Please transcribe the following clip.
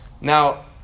Now